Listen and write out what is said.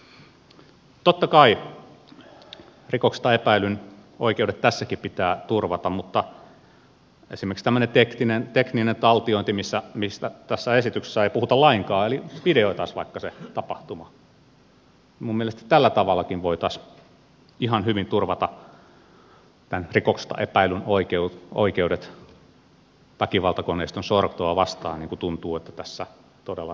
totta kai rikoksesta epäillyn oikeudet tässäkin pitää turvata mutta esimerkiksi tämmöisellä teknisellä taltioinnilla mistä tässä esityksessä ei puhuta lainkaan eli videoitaisiin vaikka se tapahtuma voitaisiin minun mielestäni ihan hyvin turvata tämän rikoksesta epäillyn oikeudet väkivaltakoneiston sortoa vastaan niin kuin tuntuu että tässä todella näin tapahtuu